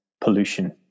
pollution